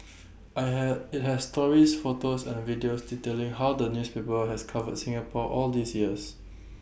I have IT has stories photos and videos detailing how the newspaper has covered Singapore all these years